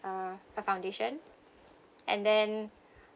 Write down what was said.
uh a foundation and then